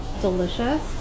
delicious